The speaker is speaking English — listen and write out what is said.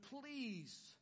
please